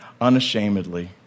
Unashamedly